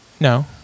No